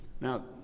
Now